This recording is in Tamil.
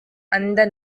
அந்த